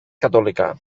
católica